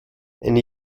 eine